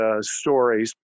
stories